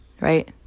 Right